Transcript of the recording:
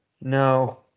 No